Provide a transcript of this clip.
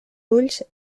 ulls